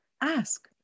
Ask